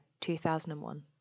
2001